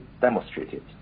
demonstrated